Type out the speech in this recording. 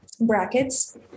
brackets